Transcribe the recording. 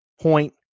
Point